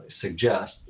suggest